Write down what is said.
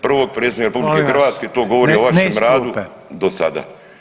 Prvog predsjednika RH [[Upadica: Molim vas ne iz klupe.]] to govori o vašem radu do sada.